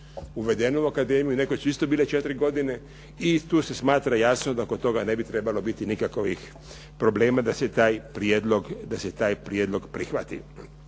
uvedeno, kad nekoć su isto bile 4 godine i tu smatra jasno da oko toga ne bi trebalo biti nikakvih problema da se taj prijedlog prihvati.